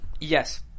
Yes